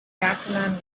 catalan